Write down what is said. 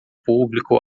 público